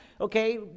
okay